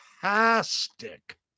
fantastic